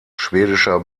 schwedischer